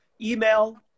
email